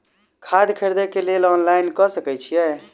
खाद खरीदे केँ लेल ऑनलाइन कऽ सकय छीयै?